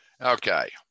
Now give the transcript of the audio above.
okay